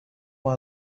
ماه